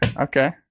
okay